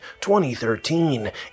2013